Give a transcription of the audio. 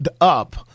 up